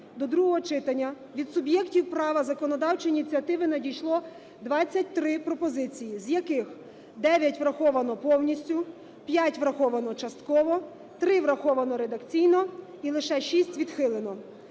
до другого читання від суб'єктів права законодавчої ініціативи надійшло 23 пропозиції, з яких 9 враховано повністю, 5 враховано частково, 3 враховано редакційно і лише 6 відхилено.